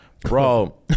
Bro